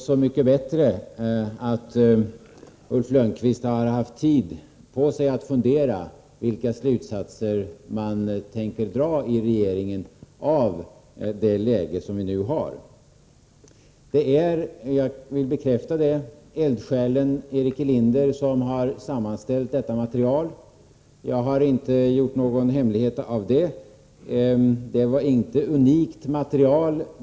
Så mycket bättre att Ulf Lönnqvist haft tid på sig att fundera över vilka slutsatser man i regeringen tänker dra av det läge som vi nu har. Det är — jag vill bekräfta det — eldsjälen Erik Elinder som sammanställt detta material. Jag har inte gjort någon hemlighet av det. Materialet är inte unikt.